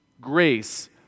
grace